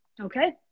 Okay